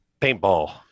paintball